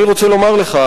אני רוצה לומר לך,